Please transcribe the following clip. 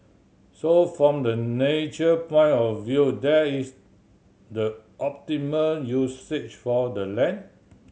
so from the nature point of view that is the optimum usage for the land